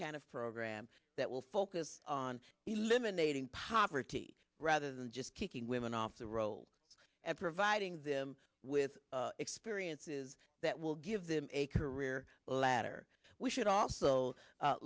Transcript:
tan of program that will focus on eliminating poverty rather than just kicking women off the rolls at providing them with experiences that will give them a career ladder we should also